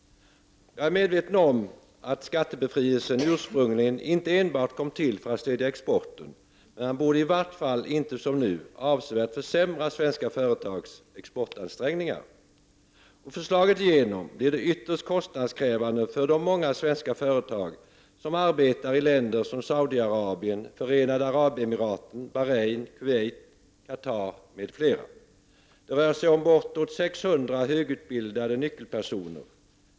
Jag är medveten om att skattebefrielsen ursprungligen inte enbart kom till för att stödja exporten, men man borde i vart fall inte som nu avsevärt försämra svenska företags exportansträngningar. Går förslaget igenom blir det ytterst kostnadskrävande för de många svenska företag som arbetar i länder som Saudi-Arabien, Förenade Arabemiraten, Bahrain, Kuwait, Qatar m.fl. Det rör sig om bortåt 600 högutbildade nyckelpersoner.